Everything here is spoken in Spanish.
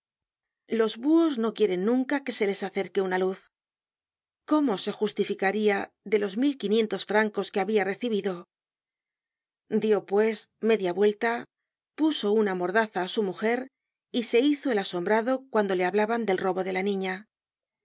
los buhos no quieren nunca que se les acerque una luz cómo se justificaría de los mil quinientos francos que habia recibido dió pues media vuelta puso una mordaza á su mujer y se hizo el asombrado cuando le hablaban del robo de la niña